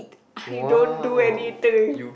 I don't do anything